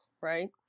right